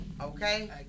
Okay